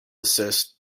desist